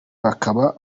bakaba